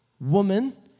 Woman